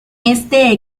este